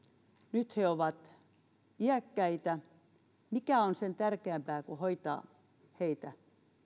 nyt he ovat iäkkäitä niin mikä on sen tärkeämpää kuin hoitaa heitä